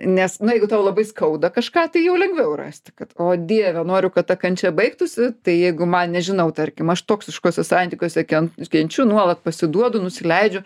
nes nu jeigu tau labai skauda kažką tai jau lengviau rasti kad o dieve noriu kad ta kančia baigtųsi tai jeigu man nežinau tarkim aš toksiškuose santykiuose ken kenčiu nuolat pasiduodu nusileidžiu